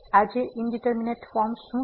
અને indeterminate form શું છે